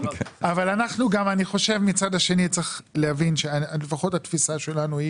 אבל מצד שני אני חושב שצריך להבין שלפחות התפיסה שלנו היא